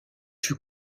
fut